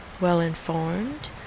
well-informed